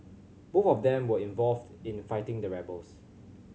both of them were involved in fighting the rebels